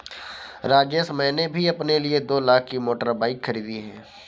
राजेश मैंने भी अपने लिए दो लाख की मोटर बाइक खरीदी है